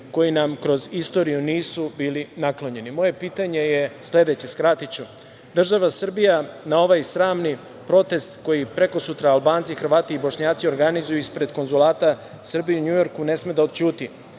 koji nam kroz istoriju nisu bili naklonjeni. Moje pitanje je sledeće. Država Srbija na ovaj sramni protest koji prekosutra Albanci, Hrvati i Bošnjaci organizuju ispred konzulata Srbije u Njujorku ne sme da odćuti.